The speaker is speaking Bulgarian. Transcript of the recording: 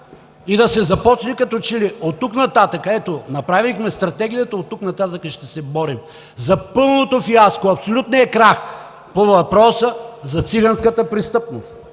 и да се започне като че ли оттук нататък – направихме стратегията, оттук нататък ще се борим за пълното фиаско, пълния крах по въпроса за циганската престъпност.